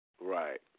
Right